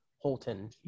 holton